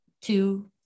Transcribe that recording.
two